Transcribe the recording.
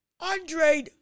Andre